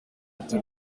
ati